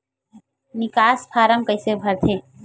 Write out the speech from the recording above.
निकास फारम कइसे भरथे?